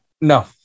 no